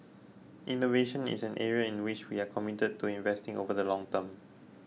innovation is an area in which we are committed to investing over the long term